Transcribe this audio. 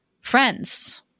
friends